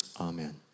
amen